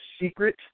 secret